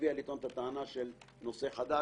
שנצביע לטעון את הטענה של נושא חדש.